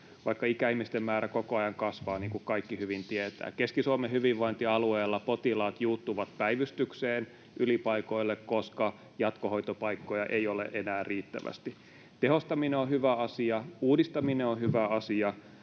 vaikka ikäihmisten määrä koko ajan kasvaa, niin kuin kaikki hyvin tietävät. Keski-Suomen hyvinvointialueella potilaat juuttuvat päivystykseen ylipaikoille, koska jatkohoitopaikkoja ei ole enää riittävästi. Tehostaminen on hyvä asia, uudistaminen on hyvä asia,